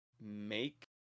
Make